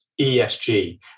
ESG